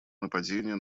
нападения